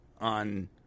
on